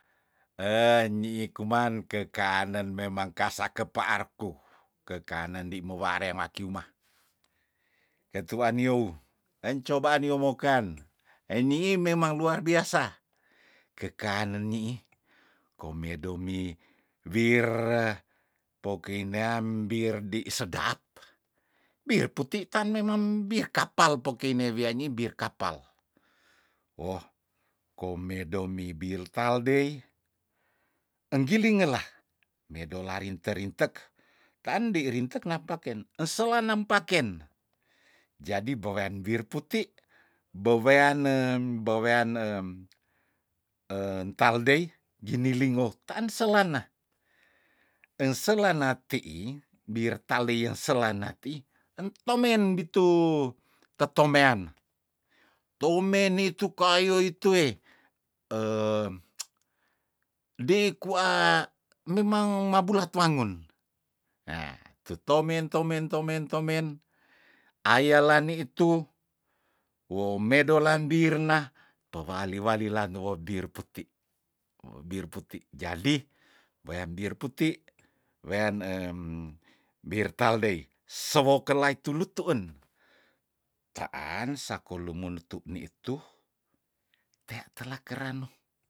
nyiih kuman kekanen memang kasa kepaarku kekanen ndi mowarem makiumah hetuah niou encoba niou mokan eniih memang luar biasa kekanen niih komedo mi bir pokei nea mbir di sedap bir puti itan memang bir kapal pokei ne wiani bir kapal woh komedo mibir taldei enggiling ngela medola rinte- rintek tande rintek napaken ensela nampaken jadi bewean bir puti bewean ne beweane en taildei nginilingo taan selana enselana tei bir taleyen selana teih entomen bitu tetomean toumen nitu kayo itu eh dei kwa memang mabula tuangun yah tutome tomen tomen tomen aya lani itu wo medo lan birna pewali- walilan wo bir puti bir puti jadi wayam bir puti wean em bir taldei sewo kelai tulut tuun taan sako lumen tu ni itu tea tela kerano